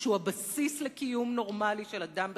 שהוא הבסיס לקיום נורמלי של אדם בכבוד,